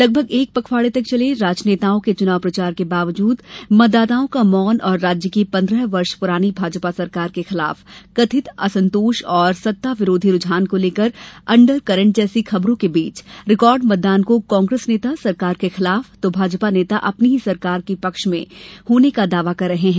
लगभग एक पखवाड़े तक चले राजनेताओं के चुनाव प्रचार के बावजूद मतदाताओं का मौन और राज्य की पंद्रह वर्ष प्रानी भाजपा सरकार के खिलाफ कथित असंतोष और सत्ताविरोधी रूझान को लेकर अंडर करंट जैसी खबरों के बीच रिकार्ड मतदान को कांग्रेस नेता सरकार के खिलाफ तो भाजपा नेता अपनी ही सरकार में पक्ष में होने का दावा कर रहे हैं